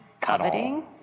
Coveting